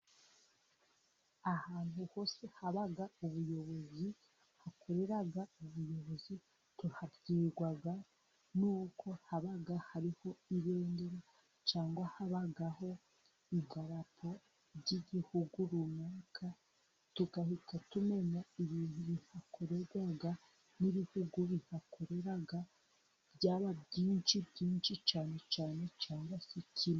Ahantu hose haba ubuyobozi, hakorera ubuyobozi, tuhabwirwa n'uko haba hariho ibendera cyangwa habaho idarapo ry'igihugu runaka, tugahita tumenya ibintu bihakorerwa, n'ibihugu bihakorera, byaba byinshi byinshi cyane cyane cyangwa se kimwe.